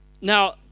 Now